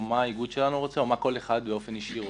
מה האיגוד שלנו רוצה או מה כל אחד באופן אישי רוצה.